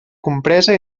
compresa